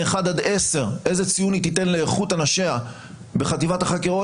מ-1 עד 10 איזה ציון היא תיתן לאיכות אנשיה בחטיבת החקירות,